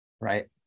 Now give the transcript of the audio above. Right